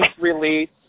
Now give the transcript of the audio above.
release